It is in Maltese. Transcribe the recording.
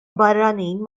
barranin